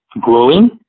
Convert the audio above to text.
growing